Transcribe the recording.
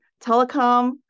telecom